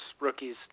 rookies